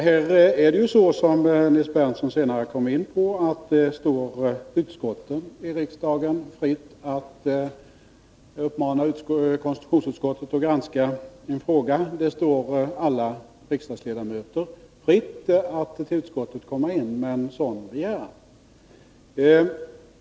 Som Nils Berndtson också senare kom in på står det utskotten i riksdagen fritt att uppmana konstitutionsutskottet att granska en fråga. Det står också alla riksdagsledamöter fritt att till utskottet komma in med en sådan begäran.